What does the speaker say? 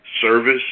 service